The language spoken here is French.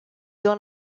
dans